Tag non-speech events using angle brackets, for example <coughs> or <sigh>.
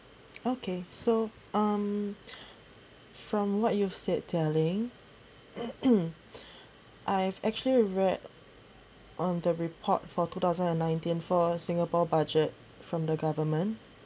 okay so um from what you've said Jia-Ling <coughs> I've actually read on the report for two thousand and nineteen for singapore budget from the government